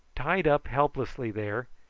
tied up helplessly there,